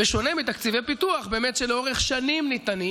בשונה באמת מתקציבי פיתוח, שניתנים לאורך שנים.